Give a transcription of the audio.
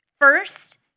first